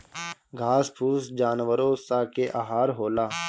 घास फूस जानवरो स के आहार होला